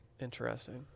Interesting